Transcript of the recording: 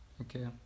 okay